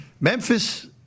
Memphis